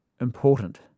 important